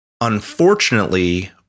unfortunately